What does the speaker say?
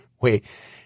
wait